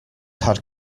had